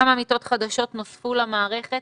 כמה מיטות חדשות נוספו למערכת